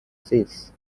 six